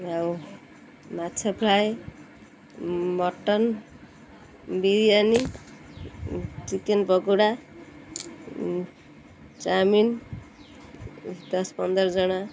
ଆଉ ମାଛ fry mutton biryani chicken pakora chowmein ଦଶ ପନ୍ଦର ଜଣ